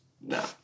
no